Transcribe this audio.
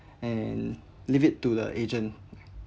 and leave it to the agent